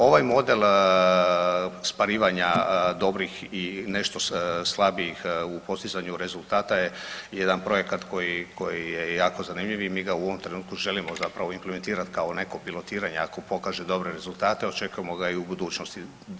Ovaj model sparivanja dobrih i nešto slabijih u postizanju rezultata je jedan projekat koji je jako zanimljiv i mi ga u ovom trenutku želimo zapravo implementirati kao neko pilotiranje ako pokaže dobre rezultate, očekujemo ga i u budućnosti.